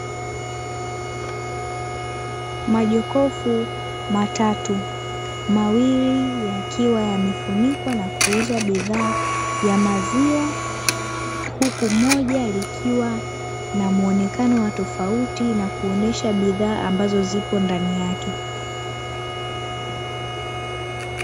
Majokofu matatu, mawili yakiwa yamefunikwa na kuuza bidhaa ya maziwa, huku moja likiwa na muonekano wa tofauti na kuonyesha bidhaa ambazo zipo ndani yake.